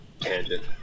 tangent